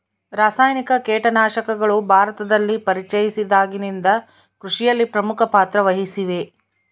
ರಾಸಾಯನಿಕ ಕೇಟನಾಶಕಗಳು ಭಾರತದಲ್ಲಿ ಪರಿಚಯಿಸಿದಾಗಿನಿಂದ ಕೃಷಿಯಲ್ಲಿ ಪ್ರಮುಖ ಪಾತ್ರ ವಹಿಸಿವೆ